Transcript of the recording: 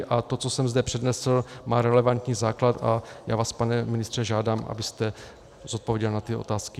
A to, co jsem zde přednesl, má relevantní základ a já vás, pane ministře, žádám, abyste zodpověděl na tyto otázky.